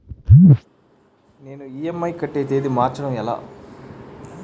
నేను ఇ.ఎం.ఐ కట్టే తేదీ మార్చడం ఎలా?